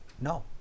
no